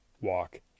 walk